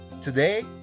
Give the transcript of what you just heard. Today